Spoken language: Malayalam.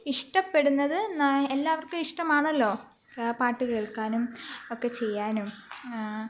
ഇഷ്ടപ്പെടുന്നതെന്ന് എല്ലാവർക്കും ഇഷ്ടമാണല്ലോ പാട്ട് കേൾക്കാനും ഒക്കെ ചെയ്യാനും